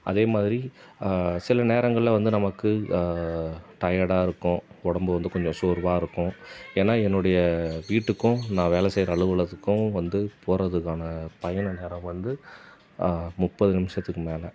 அதே மாதிரி சில நேரங்களில் வந்து நமக்கு டயடாக இருக்கும் உடம்பு வந்த கொஞ்சம் சோர்வாக இருக்கும் ஏனால் என்னுடைய வீட்டுக்கும் நான் வேலை செய்கிற அலுவலகத்துக்கும் வந்து போகிறதுக்கான பயண நேரம் வந்து முப்பது நிமிசத்துக்கு மேலே